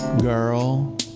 Girl